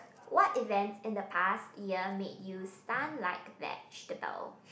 what event in the past year made you stunned like vegetable